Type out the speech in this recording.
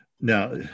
Now